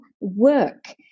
work